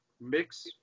mix